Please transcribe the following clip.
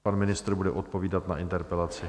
Pan ministr bude odpovídat na interpelaci.